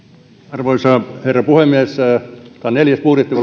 arvoisa herra puhemies tämä on neljäs budjetti